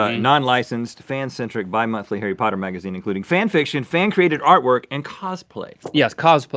ah non-licensed, fan-centric, bi-monthly harry potter magazine, including fan fiction, fan-created artwork, and cosplay. yes, cosplay.